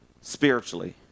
spiritually